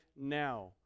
now